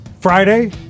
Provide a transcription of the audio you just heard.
Friday